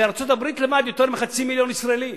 בארצות-הברית לבד יותר מחצי מיליון ישראלים.